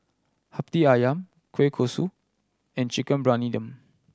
Hati Ayam kueh kosui and Chicken Briyani Dum